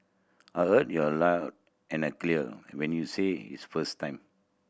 I heard you aloud and I clear when you said its first time